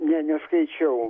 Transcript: ne neskaičiau